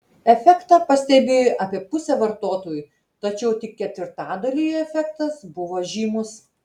efektą pastebėjo apie pusė vartotojų tačiau tik ketvirtadaliui efektas buvo žymus